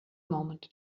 moment